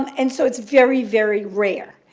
and so it's very, very rare.